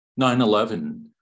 9-11